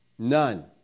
None